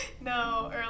No